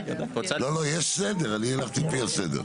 יש סדר, אני הלכתי לפי הסדר.